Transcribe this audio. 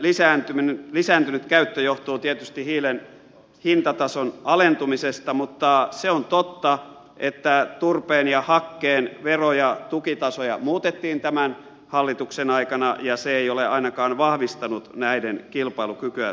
hiilen lisääntynyt käyttö johtuu tietysti hiilen hintatason alentumisesta mutta se on totta että turpeen ja hakkeen vero ja tukitasoja muutettiin tämän hallituksen aikana ja se ei ole ainakaan vahvistanut näiden kilpailukykyä suhteessa hiileen